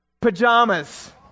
Pajamas